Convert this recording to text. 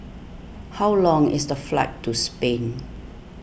how long is the flight to Spain